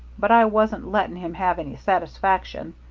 but i wasn't letting him have any satisfaction.